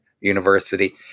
University